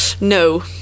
no